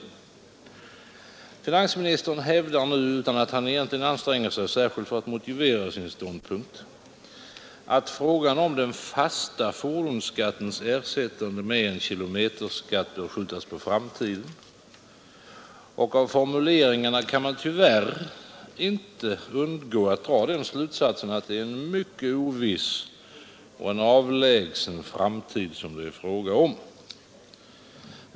Finansministern hävdar nu — utan att han egentligen anstränger sig särskilt för att motivera sin ståndpunkt — att frågan om den fasta fordonsskattens ersättande med en kilometerskatt bör skjutas på framtiden, och av formuleringarna kan man tyvärr inte undgå att dra den slutsatsen att det är en mycket oviss och avlägsen framtid som det är fråga om.